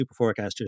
superforecasters